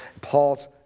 Paul's